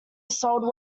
sold